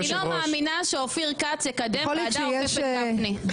אני לא מאמינה שאופיר כץ יקדם ועדה עוקפת גפני,